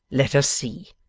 let us see